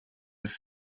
als